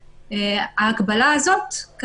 בחשבון את ההגבלות שהוטלו על הציבור לפי חיקוק